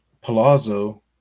Palazzo